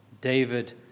David